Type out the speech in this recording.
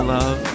Love